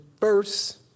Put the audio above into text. first